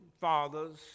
fathers